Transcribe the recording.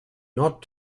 not